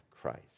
Christ